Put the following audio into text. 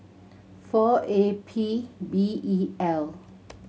four A P B E L